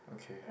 okay